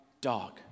dog